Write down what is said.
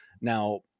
Now